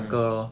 mm